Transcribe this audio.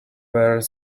were